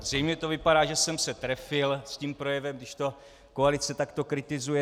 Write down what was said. Zřejmě to vypadá, že jsem se trefil s tím projevem, když to koalice takto kritizuje.